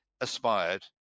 aspired